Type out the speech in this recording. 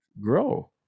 grow